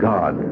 God